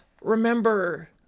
Remember